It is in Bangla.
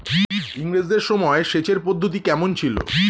ইঙরেজদের সময় সেচের পদ্ধতি কমন ছিল?